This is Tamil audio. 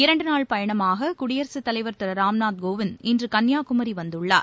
இரண்டு நாள் பயணமாக குடியரசுத் தலைவர் திரு ராம்நாத் கோவிந்த் இன்று கன்னியாகுமரி வந்துள்ளார்